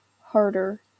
Harder